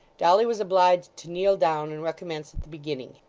dolly was obliged to kneel down, and recommence at the beginning.